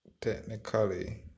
Technically